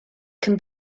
can